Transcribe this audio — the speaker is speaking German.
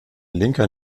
linker